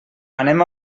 anem